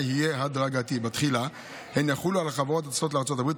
תהיה הדרגתית: בתחילה הן יחולו על החברות הטסות לארצות הברית,